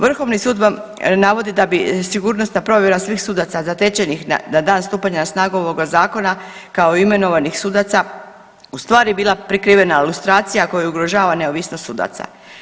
Vrhovni sud vam navodi da bi sigurnosna provjera svih sudaca zatečenih na dan stupanja na snagu ovog zakona kao imenovanih sudaca u stvari bila prikrivena lustracija koja ugrožava neovisnost sudaca.